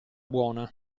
buona